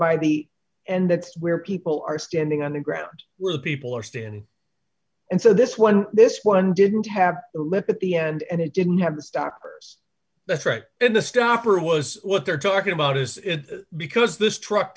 by the and that's where people are standing on the ground where the people are standing and so this one this one didn't have at the end it didn't have the stockers that's right in the stop or was what they're talking about is because this truck